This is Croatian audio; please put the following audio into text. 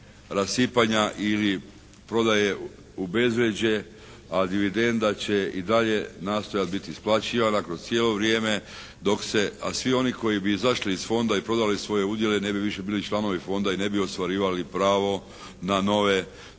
ili prodaje u bezvrijeđe a dividenda će i dalje nastojati biti isplaćivana kroz cijelo vrijeme dok se, a svi oni koji bi izašli iz Fonda i prodali svoje udjele ne bi više bili članovi Fonda i ne bi ostvarivali pravo na nove dionice.